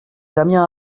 damien